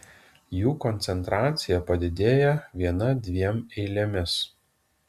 jų koncentracija padidėja viena dviem eilėmis